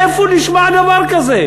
איפה נשמע דבר כזה?